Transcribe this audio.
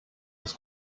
das